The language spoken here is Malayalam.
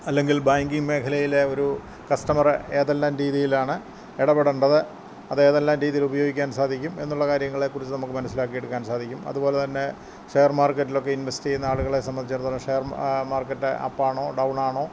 അല്ലെങ്കിൽ ബാങ്കിംഗ് മേഖലയിലെ ഒരു കസ്റ്റമർ ഏതെല്ലാം രീതിയിലാണ് ഇടപെടേണ്ടത് അതേതെല്ലാം രീതിയിൽ ഉപയോഗിക്കാൻ സാധിക്കും എന്നുള്ള കാര്യങ്ങളെക്കുറിച്ച് നമുക്ക് മനസ്സിലാക്കി എടുക്കാൻ സാധിക്കും അതുപോലെ തന്നെ ഷെയർ മാർക്കറ്റിലൊക്കെ ഇൻവെസ്റ്റ് ചെയ്യുന്ന ആളുകളെ സംബന്ധിച്ചിടത്തോളം ഷെയർ മാർക്കറ്റ് അപ്പാണോ ഡൗണാണോ